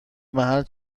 محل